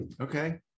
Okay